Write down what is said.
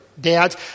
dads